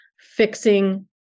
fixing